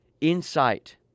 insight